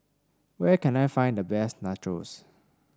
where can I find the best Nachos